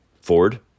Ford